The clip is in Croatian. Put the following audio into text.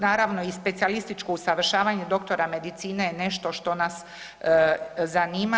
Naravno, i specijalističko usavršavanje doktora medicine je nešto što nas zanima.